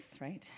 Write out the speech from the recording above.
right